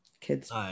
kid's